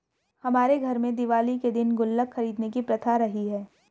हमारे घर में दिवाली के दिन गुल्लक खरीदने की प्रथा रही है